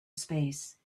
space